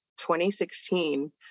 2016